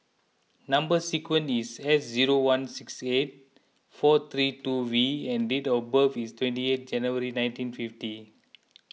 Number Sequence is S zero one six eight four three two V and date of birth is twenty eighth January nineteen fifty